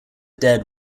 dead